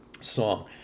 song